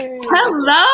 Hello